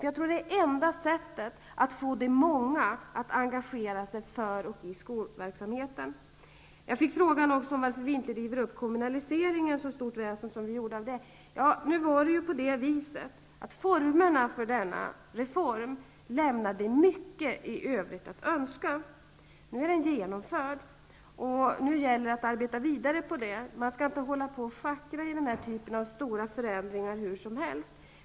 Jag tror att det är enda sättet att få de många att engagera sig för och i skolverksamheten. Jag fick också en fråga om varför vi inte river upp kommunaliseringen, så stort väsen som vi gjorde av den. Formerna för denna reform lämnade mycket övrigt att önska. Nu är den genomförd, och nu gäller det att arbeta vidare på den. Man skall inte hålla på och schackra med den här typen av stora förändringar hur som helst.